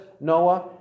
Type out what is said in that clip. Noah